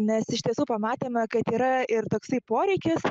nes iš tiesų pamatėme kad yra ir toksai poreikis